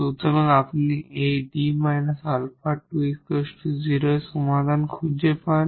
সুতরাং যদি আপনি এই 𝐷 𝛼2 0 এর সমাধান খুঁজে পান